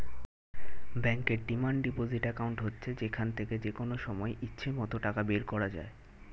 ব্যাংকের demand deposit account হচ্ছে যেখান থেকে যেকনো সময় ইচ্ছে মত টাকা বের করা যায়